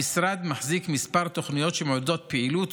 המשרד מחזיק כמה תוכניות שמעודדות פעילות,